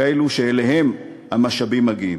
כאלו שאליהם המשאבים מגיעים.